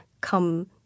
come